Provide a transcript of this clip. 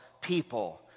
people